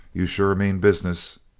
you sure mean business!